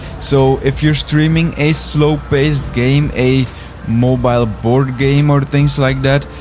so if you're streaming a slow-paced game, a mobile ah board game or things like that,